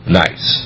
nice